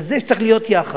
על זה שצריך להיות יחד.